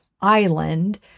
Island